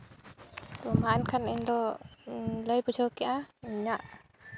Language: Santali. ᱢᱟ ᱮᱱᱠᱷᱟᱱ ᱤᱧᱫᱚ ᱞᱟᱹᱭ ᱵᱩᱡᱷᱟᱹᱣ ᱠᱮᱜᱼᱟ ᱤᱧᱟᱹᱜ